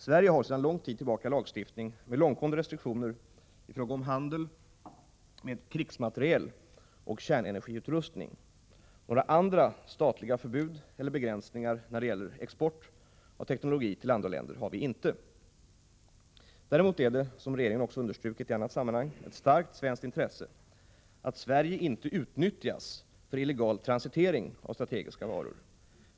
Sverige har sedan lång tid tillbaka lagstiftning med långtgående restriktioner i fråga om handel med krigsmateriel och kärnenergiutrustning. Några andra statliga förbud eller begränsningar när det gäller export av teknologi till andra länder har vi inte. Däremot är det — som regeringen också understrukit i annat sammanhang -— ett starkt svenskt intresse att Sverige inte utnyttjas för illegal transitering av strategiska varor.